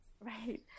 Right